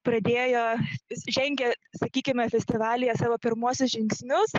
pradėjo vis žengia sakykime festivalyje savo pirmuosius žingsnius